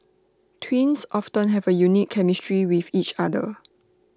twins often have A unique chemistry with each other